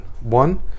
One